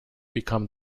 become